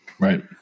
Right